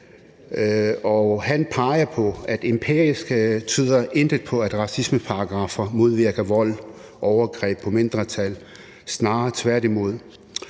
og han peger på, at empirisk tyder intet på, at racismeparagraffer modvirker vold, overgreb på mindretal, snarere tværtimod,